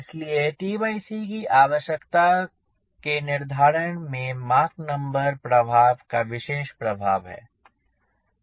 इसीलिए tc की आवश्यकता के निर्धारण में मॉक नंबर प्रभाव का विशेष प्रभाव है